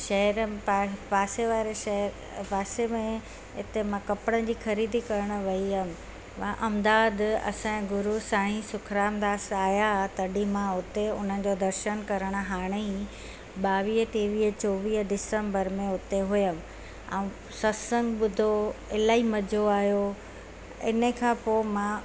शहर पासे वारे शहर पासे में इते मां कपिड़नि जी ख़रीदी करणु वई हुयमि मां अहमदाबाद असांजा गुरू साईं सुखराम दास आया हुआ तॾहिं मां उते उन्हनि जो दर्शन करण हाणे ई ॿावीह टेवीह चोवीह दिसंबर में उते हुयमि ऐं सत्संग ॿुधो इलाही मज़ो आयो इनखां पोइ मां